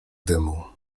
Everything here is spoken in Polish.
dymu